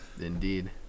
indeed